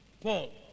Paul